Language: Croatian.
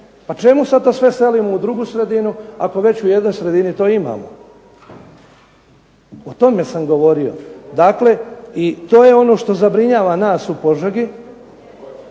Pa čemu sad to sve selimo u drugu sredinu ako već u jednoj sredini to imamo. O tome sam govorio. Dakle, i to je ono što zabrinjava nas u Požegi